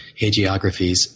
hagiographies